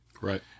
Right